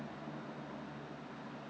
because I find that some hor 你用了他会